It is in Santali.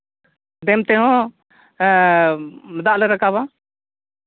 ᱰᱮᱢ ᱛᱮᱦᱚᱸ ᱫᱟᱜ ᱞᱮ ᱨᱟᱠᱟᱵᱟ